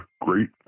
great